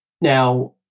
now